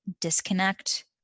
disconnect